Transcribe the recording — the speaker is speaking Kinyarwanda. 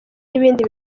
n’ibindi